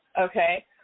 Okay